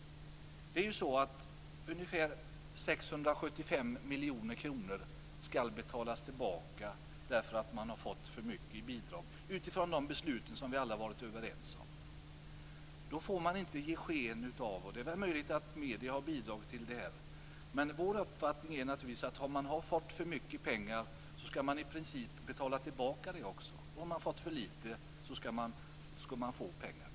Det är ungefär 675 miljoner kronor som skall betalas tillbaka därför att man har fått för mycket i bidrag, utifrån de beslut som vi alla har varit överens om. Vår uppfattning är naturligtvis att om man har fått för mycket pengar skall man i princip betala tillbaka dem. Och om man har fått för lite skall man få pengar.